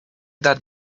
that